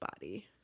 body